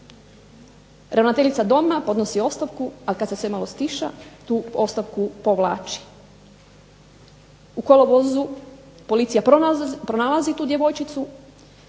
Ravnateljica doma podnosi ostavku a kada se malo stiša tu ostavku povlači. U kolovozu policija pronalazi tu djevojčicu,